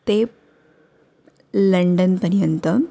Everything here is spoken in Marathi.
ते लंडनपर्यंत